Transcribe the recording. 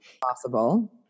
Possible